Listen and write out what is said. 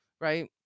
right